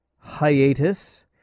hiatus